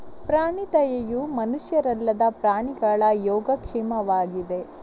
ಪ್ರಾಣಿ ದಯೆಯು ಮನುಷ್ಯರಲ್ಲದ ಪ್ರಾಣಿಗಳ ಯೋಗಕ್ಷೇಮವಾಗಿದೆ